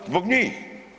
Zbog njih.